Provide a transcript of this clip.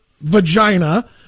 vagina